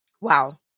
Wow